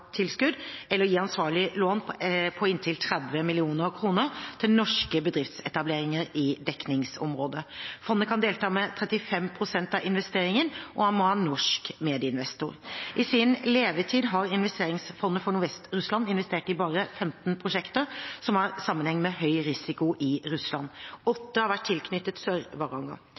eller gi ansvarlige lån på inntil 30 mill. kr til norske bedriftsetableringer i dekningsområdet. Fondet kan delta med 35 pst. av investeringen og må ha norsk medinvestor. I sin levetid har Investeringsfondet for Nordvest-Russland investert i bare 15 prosjekter, som har sammenheng med høy risiko i Russland. Åtte har vært tilknyttet